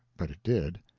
but it did.